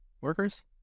workers